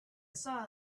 saw